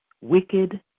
wicked